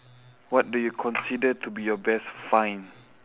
what do you consider to be your best find